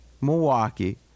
Milwaukee